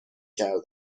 کردن